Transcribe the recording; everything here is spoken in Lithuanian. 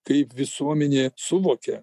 kaip visuomenė suvokią